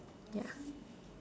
ya